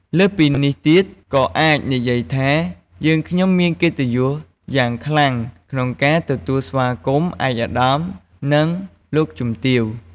លើសពីនេះទៀត ក៏អាចនិយាយថា "យើងខ្ញុំមានកិត្តិយសយ៉ាងខ្លាំងក្នុងការទទួលស្វាគមន៍ ឯកឧត្តម និងលោកជំទាវ"។